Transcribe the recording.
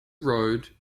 road